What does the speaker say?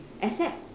except